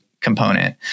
component